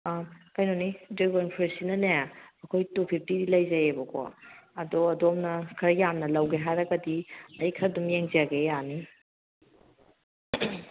ꯀꯩꯅꯣꯅꯤ ꯗ꯭ꯔꯦꯒꯣꯟ ꯐ꯭ꯔꯨꯠꯁꯤꯅꯅꯦ ꯑꯩꯈꯣꯏ ꯇꯨ ꯐꯤꯞꯇꯤꯗꯤ ꯂꯩꯖꯩꯌꯦꯕꯀꯣ ꯑꯗꯣ ꯑꯗꯣꯝꯅ ꯈꯔ ꯌꯥꯝꯅ ꯂꯧꯒꯦ ꯍꯥꯏꯔꯒꯗꯤ ꯑꯩ ꯈꯔ ꯑꯗꯨꯝ ꯌꯦꯡꯖꯒꯦ ꯌꯥꯅꯤ